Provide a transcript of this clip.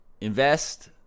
invest